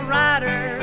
rider